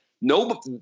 no